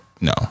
No